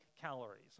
calories